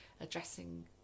addressing